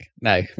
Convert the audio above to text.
No